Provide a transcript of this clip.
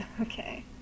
okay